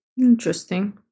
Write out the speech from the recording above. Interesting